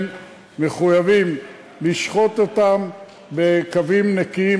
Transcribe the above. הם מחויבים לשחוט אותם בקווים נקיים,